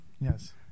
Yes